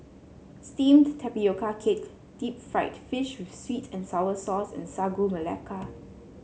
steamed Tapioca Cake Deep Fried Fish with sweet and sour sauce and Sagu Melaka